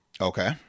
Okay